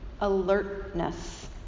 alertness